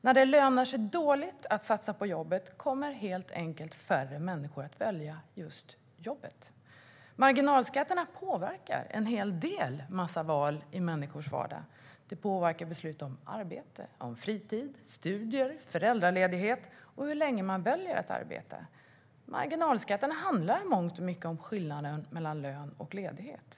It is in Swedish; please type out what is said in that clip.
När det lönar sig dåligt att satsa på jobbet kommer färre människor att välja just jobbet. Marginalskatterna påverkar en massa val i människors vardag. De påverkar beslut om arbete, fritid, studier, föräldraledighet och hur länge man väljer att arbeta. Marginalskatten handlar i mångt och mycket om skillnaden mellan lön och ledighet.